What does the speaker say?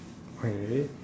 really